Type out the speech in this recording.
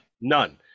none